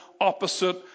opposite